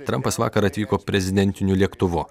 trampas vakar atvyko prezidentiniu lėktuvu